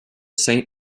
saint